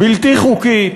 בלתי חוקית,